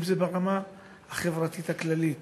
אם זה ברמה החברתית הכללית.